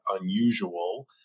unusual